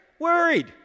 Worried